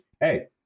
hey